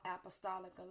Apostolic